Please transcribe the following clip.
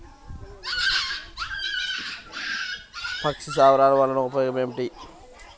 పక్షి స్థావరాలు వలన ఉపయోగం ఏమిటి?